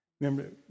Remember